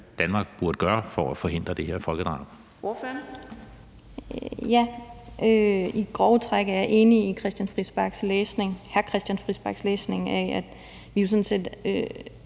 Danmark burde gøre for at forhindre det her folkedrab?